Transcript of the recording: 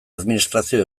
administrazio